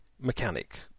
mechanic